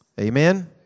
Amen